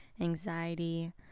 anxiety